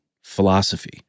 philosophy